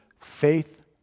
faith